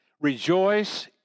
Rejoice